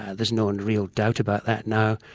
ah there's no and real doubt about that now.